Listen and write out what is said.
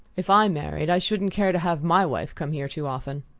if i married i shouldn't care to have my wife come here too often.